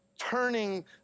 turning